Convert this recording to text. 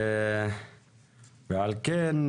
על כן,